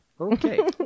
Okay